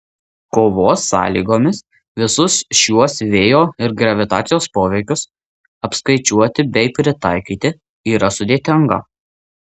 kovos sąlygomis visus šiuo vėjo ir gravitacijos poveikius apskaičiuoti bei pritaikyti yra sudėtinga